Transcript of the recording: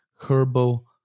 herbal